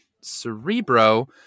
Cerebro